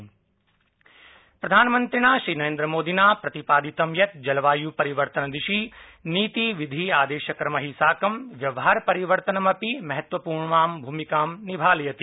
PM जलवायु प्रधानमन्त्रिणा श्रीनरेन्द्रमोदिना प्रतिपादितं यत् जलवाय् परिवर्तनदिशि नीति विधिः आदेशक्रमैः साकं व्यवहारपरिवर्तनमपि महत्वपूर्णां भूमिकां निभालयति